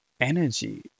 energy